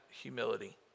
humility